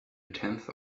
tenth